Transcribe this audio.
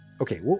Okay